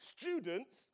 students